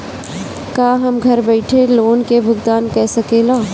का हम घर बईठे लोन के भुगतान के शकेला?